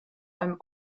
einem